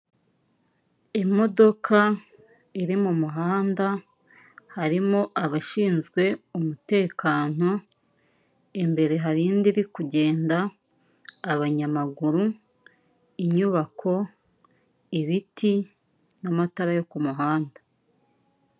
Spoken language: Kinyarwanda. Imodoka iri mu muhanda harimo abashinzwe umutekano, imbere harindi iri kugenda, abanyamaguru, inyubako, ibiti n'amatara yo kumuhanda.